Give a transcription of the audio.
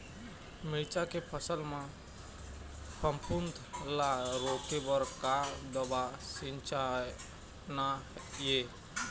मिरचा के फसल म फफूंद ला रोके बर का दवा सींचना ये?